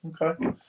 Okay